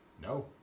No